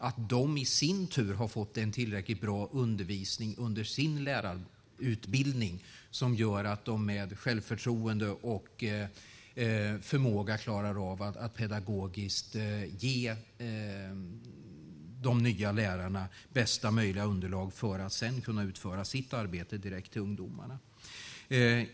De ska i sin tur ha fått en tillräckligt bra undervisning i sin lärarutbildning som gör att de som nya lärare har självförtroende och förmåga att pedagogiskt ge bästa möjliga underlag för att sedan kunna utföra sitt arbete direkt med ungdomarna.